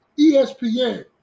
ESPN